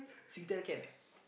Singtel can eh